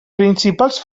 principals